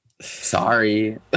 Sorry